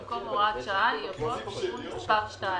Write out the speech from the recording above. במקום "הוראת שעה" יבוא "תיקון מס' 2"."